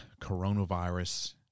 coronavirus